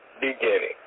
beginning